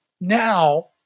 now